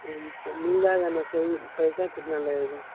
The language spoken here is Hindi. तो मिल जाएगा ना सही पैसा कितना लगेगा